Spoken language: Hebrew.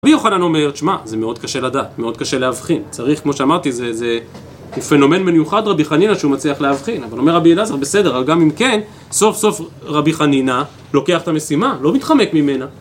רבי יוחנן אומר, שמע, זה מאוד קשה לדעת, מאוד קשה להבחין, צריך, כמו שאמרתי, זה, זה, הוא פנומנם מיוחד, רבי חנינה, שהוא מצליח להבחין, אבל אומר רבי אלעזר, בסדר, אבל גם אם כן, סוף סוף רבי חנינה לוקח את המשימה, לא מתחמק ממנה.